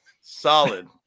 solid